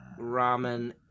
ramen